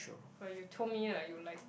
but you told me like you like